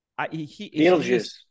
Beetlejuice